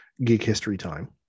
geekhistorytime